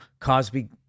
Cosby